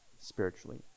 spiritually